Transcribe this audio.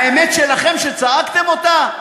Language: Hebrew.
האמת שלכם, שצעקתם אותה,